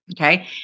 okay